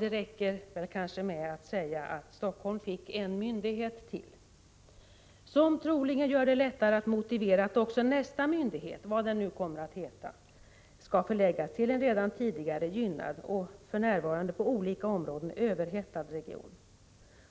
Det räcker kanske med att säga att Helsingfors fick en myndighet till, som troligen gör det lättare att motivera att också nästa nya myndighet — vad den nu kommer att heta — skall förläggas till en redan tidigare gynnad och för närvarande på olika områden överhettad region.